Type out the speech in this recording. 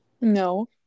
No